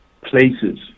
places